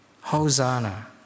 Hosanna